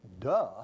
duh